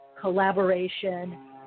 collaboration